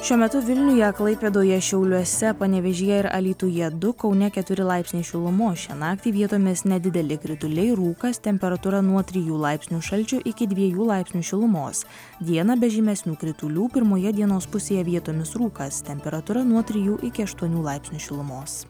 šiuo metu vilniuje klaipėdoje šiauliuose panevėžyje ir alytuje du kaune keturi laipsniai šilumos šią naktį vietomis nedideli krituliai rūkas temperatūra nuo trijų laipsnių šalčio iki dviejų laipsnių šilumos dieną be žymesnių kritulių pirmoje dienos pusėje vietomis rūkas temperatūra nuo trijų iki aštuonių laipsnių šilumos